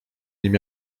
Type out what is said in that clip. nim